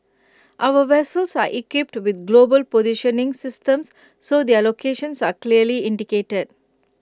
our vessels are equipped with global positioning systems so their locations are clearly indicated